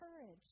courage